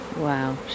Wow